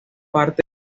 parte